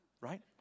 right